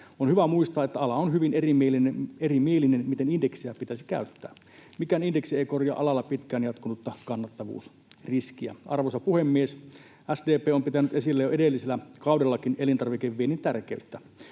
On hyvä muistaa, että ala on hyvin erimielinen siitä, miten indeksiä pitäisi käyttää. Mikään indeksi ei korjaa alalla pitkään jatkunutta kannattavuusriskiä. Arvoisa puhemies! SDP on pitänyt esillä jo edelliselläkin kaudella elintarvikeviennin tärkeyttä.